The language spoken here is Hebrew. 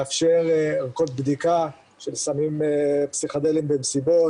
לאפשר כל בדיקה של סמים פסיכדליים במסיבות.